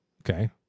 Okay